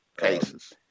cases